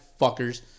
fuckers